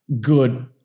good